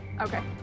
Okay